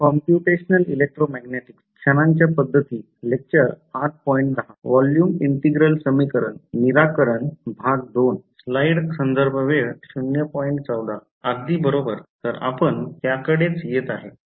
अगदी बरोबर तर आपण त्याकडेच येत आहोत